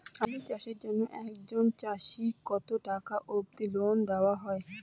আলু চাষের জন্য একজন চাষীক কতো টাকা অব্দি লোন দেওয়া হয়?